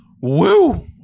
Woo